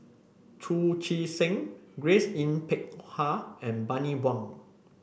Chu Chee Seng Grace Yin Peck Ha and Bani Buang